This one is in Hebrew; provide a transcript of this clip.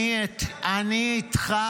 אני איתך.